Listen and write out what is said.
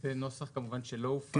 זה נוסח כמובן שלא הופץ.